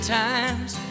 times